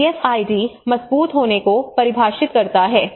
तो डीएफआईडी मजबूत होने को परिभाषित करता है